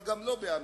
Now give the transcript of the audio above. וגם לא באמריקה.